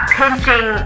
pinching